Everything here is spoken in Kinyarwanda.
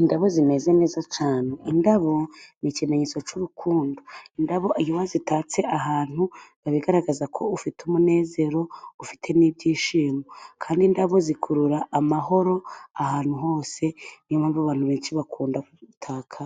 Indabo zimeze neza cyane. Indabo ni ikimenyetso cy'urukundo. Indabo iyo zitatse ahantu, biba bigaragaza ko ufite umunezero, ufite n'ibyishimo, kandi indabo zikurura amahoro ahantu hose. Niyo mpamvu abantu benshi bakunda gutaka